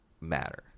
matter